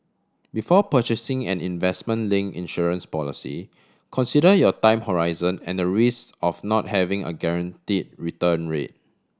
before purchasing an investment link insurance policy consider your time horizon and the risk of not having a guarantee return rate